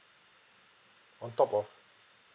on top of